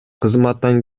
кызматтан